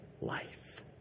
life